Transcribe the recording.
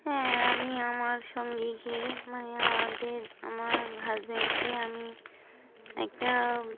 হ্যাঁ আমি আমার সঙ্গীকে মানে আমাদের আমার হাজব্যান্ডকে আমি একটা